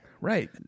Right